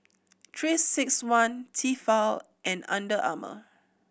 Three Six One Tefal and Under Armour